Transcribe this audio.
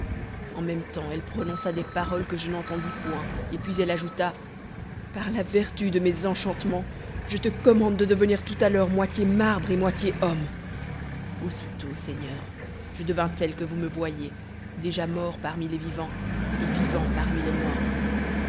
en même temps elle prononça des paroles que je n'entendis point et puis elle ajouta par la vertu de mes enchantements je te commande de devenir tout à l'heure moitié marbre et moitié homme aussitôt seigneur je devins tel que vous me voyez déjà mort parmi les vivants et vivant parmi les morts